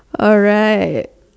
alright